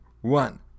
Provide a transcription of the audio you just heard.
one